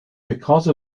because